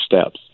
steps